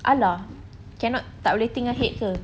a_ lah cannot tak boleh think ahead ke